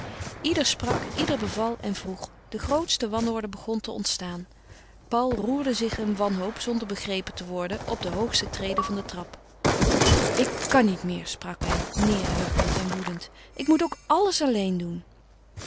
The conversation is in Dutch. ieder sprak ieder beval en vroeg de grootste wanorde begon te ontstaan paul roerde zich in wanhoop zonder begrepen te worden op de hoogste trede van de trap ik kan niet meer sprak hij neêrhurkend en woedend ik moet ook alles alleen doen